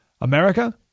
America